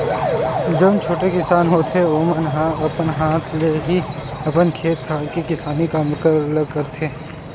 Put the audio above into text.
जउन छोटे किसान होथे ओमन ह अपन हाथ ले ही अपन खेत खार के किसानी काम ल करथे